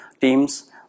teams